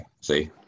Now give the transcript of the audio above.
See